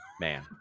Man